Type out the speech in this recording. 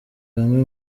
bamwe